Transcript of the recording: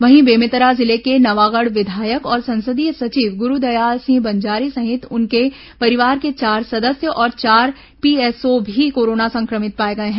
वहीं बेमेतरा जिले के नवागढ़ विधायक और संसदीय सचिव गुरूदयाल सिंह बंजारे सहित उनके परिवार के चार सदस्य और चार पीएसओ भी कोरोना संक्रमित पाए गए हैं